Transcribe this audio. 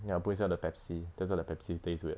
ya put inside the Pepsi that's why the Pepsi taste weird